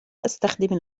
أستخدم